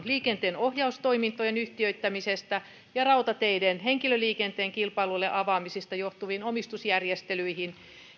liikenteenohjaustoimintojen yhtiöittämisestä ja rautateiden henkilöliikenteen kilpailulle avaamisesta johtuviin omistusjärjestelyihin